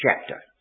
chapter